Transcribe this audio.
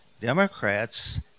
Democrats